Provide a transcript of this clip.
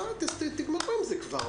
תגמרו עם זה כבר.